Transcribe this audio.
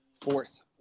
fourth